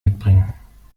wegbringen